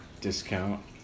discount